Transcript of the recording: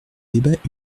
débat